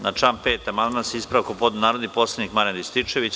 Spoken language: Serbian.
Na član 5. amandman sa ispravkom podneo je narodni poslanik Marijan Rističević.